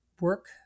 work